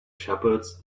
shepherds